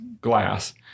glass